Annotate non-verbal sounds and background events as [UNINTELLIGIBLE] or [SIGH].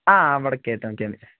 ആഹ് അവിടെയൊക്കെയായിട്ട് [UNINTELLIGIBLE]